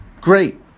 Great